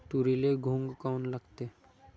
तुरीले घुंग काऊन लागते?